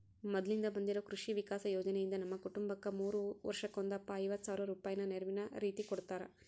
ಮೊದ್ಲಿಂದ ಬಂದಿರೊ ಕೃಷಿ ವಿಕಾಸ ಯೋಜನೆಯಿಂದ ನಮ್ಮ ಕುಟುಂಬಕ್ಕ ಮೂರು ವರ್ಷಕ್ಕೊಂದಪ್ಪ ಐವತ್ ಸಾವ್ರ ರೂಪಾಯಿನ ನೆರವಿನ ರೀತಿಕೊಡುತ್ತಾರ